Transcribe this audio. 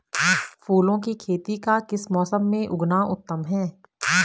फूलों की खेती का किस मौसम में उगना उत्तम है?